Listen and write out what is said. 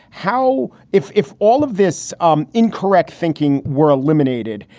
how if if all of this um incorrect thinking were eliminated,